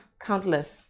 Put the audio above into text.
countless